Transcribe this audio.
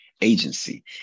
agency